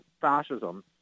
fascism